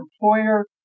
employer